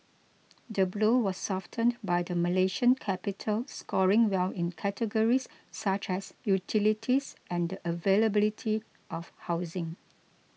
the blow was softened by the Malaysian capital scoring well in categories such as utilities and availability of housing